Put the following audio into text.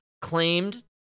claimed